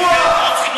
תביא חוק סיפוח.